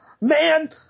man